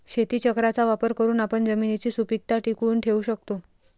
शेतीचक्राचा वापर करून आपण जमिनीची सुपीकता टिकवून ठेवू शकतो